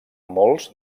molts